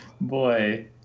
Boy